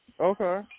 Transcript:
Okay